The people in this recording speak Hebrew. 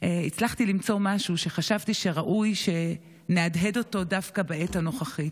הצלחתי למצוא משהו שחשבתי שראוי שנהדהד דווקא בעת הנוכחית.